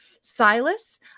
Silas